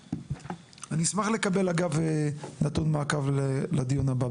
אני אשמח לקבל נתון מעקב לדיון הבא.